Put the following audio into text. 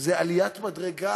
זו עליית מדרגה